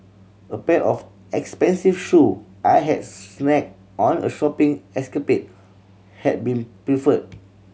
a pair of expensive shoe I had snagged on a shopping escapade had been pilfered